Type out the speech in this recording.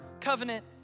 covenant